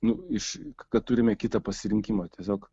nu iš kad turime kitą pasirinkimą tiesiog